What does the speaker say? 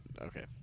Okay